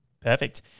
Perfect